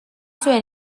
zuen